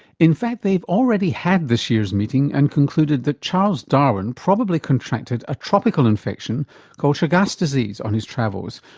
in fact they've already had this year's meeting and concluded that charles darwin probably contracted a tropical infection called chagas disease on his travels,